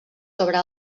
sobre